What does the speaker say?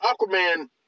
Aquaman